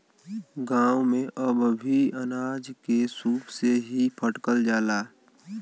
गांव में अब भी अनाज के सूप से ही फटकल जाला